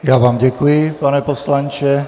Já vám děkuji, pane poslanče.